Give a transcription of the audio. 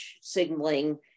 signaling